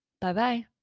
Bye-bye